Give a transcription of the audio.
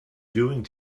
doing